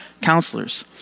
counselors